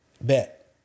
Bet